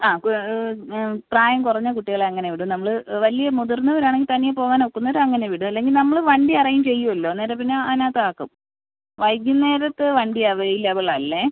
ആ പ്രായം കുറഞ്ഞ കുട്ടികളെ അങ്ങനെ വിടും നമ്മൾ വലിയ മുതിർന്നവർ ആണെങ്കിൽ തനിയെ പോവാൻ ഒക്കുന്നവർ അങ്ങനെ വിടും അല്ലെങ്കിൽ നമ്മൾ വണ്ടി അറേഞ്ച് ചെയ്യുമല്ലോ അന്നേരം പിന്നെ അതിനകത്ത് ആക്കും വൈകുന്നേരത്ത് വണ്ടി അവൈലബിൾ അല്ലേ